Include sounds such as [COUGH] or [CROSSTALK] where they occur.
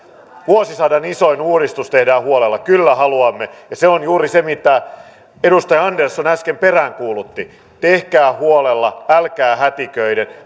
vuosisadan isoin uudistus tehdään huolella kyllä haluamme ja se on juuri se mitä edustaja andersson äsken peräänkuulutti tehkää huolella älkää hätiköiden [UNINTELLIGIBLE]